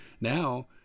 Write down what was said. Now